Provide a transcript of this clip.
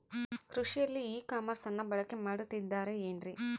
ಕೃಷಿಯಲ್ಲಿ ಇ ಕಾಮರ್ಸನ್ನ ಬಳಕೆ ಮಾಡುತ್ತಿದ್ದಾರೆ ಏನ್ರಿ?